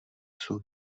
jsou